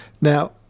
Now